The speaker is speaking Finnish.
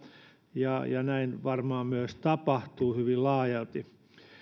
ja ja näin varmaan myös tapahtuu hyvin laajalti